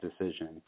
decision